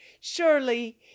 Surely